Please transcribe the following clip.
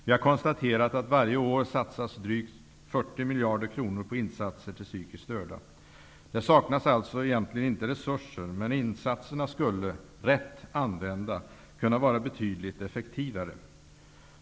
Vi har konstaterat att det varje år satsas drygt 40 miljarder kronor på insatser till psykiskt störda. Det saknas alltså egentligen inte resurser, men insatserna skulle -- rätt använda -- kunna vara betydligt effektivare.